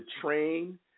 Train